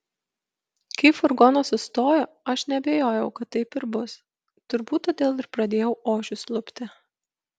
kai furgonas sustojo aš neabejojau kad taip ir bus turbūt todėl ir pradėjau ožius lupti